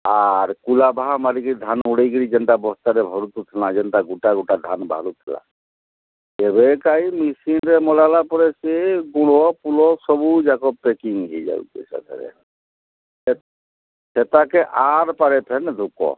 ଆର୍ କୁଲା ବାହା ମାରିକରି ଧାନ ଉଡ଼ାଇକରି ଯେନ୍ତା ବସ୍ତାରେ ଭରି ଦେଉଥିଲୁ ନା ଯେନ୍ତା ଗୁଟା ଗୁଟା ଧାନ ବାହାରୁଥିଲା ଏବେ କାହିଁ ମେସିନ୍ରେ ଅମଲ ହେଲା ପରେ ସେ ଗୁଡ଼ ଫୁଲ ସବୁ ଯାକ ପ୍ୟାକିଂ ହୋଇ ଯାଉଛି ସେଥିରେ ସେ ସେପାଖେ ଆର୍ ପାରେ ଫେନ୍ ଲୁକ